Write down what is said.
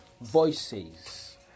voices